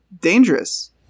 dangerous